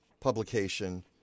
publication